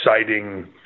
exciting